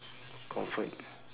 comfort